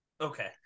okay